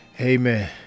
Amen